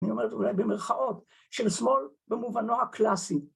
אני אומר את זה אולי במרכאות של שמאל במובנו הקלאסי.